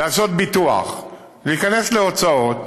לעשות ביטוח, להיכנס להוצאות.